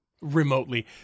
remotely